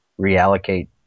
reallocate